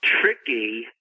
tricky